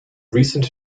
recent